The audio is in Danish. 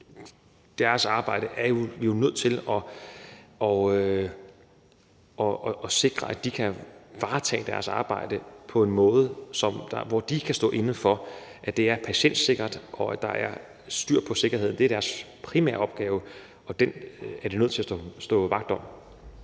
deres arbejde er vi jo nødt til at sikre at de kan varetage på en måde, hvor de kan stå inde for, at det er patientsikkert, og at der er styr på sikkerheden. Det er deres primære opgave, og den er de nødt til at stå vagt om.